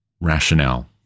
rationale